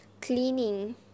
cleaning